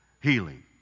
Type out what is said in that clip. Healing